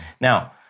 Now